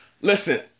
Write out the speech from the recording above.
Listen